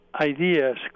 ideas